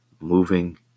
moving